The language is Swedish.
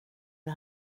det